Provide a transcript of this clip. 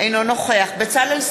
אינו נוכח בצלאל סמוטריץ,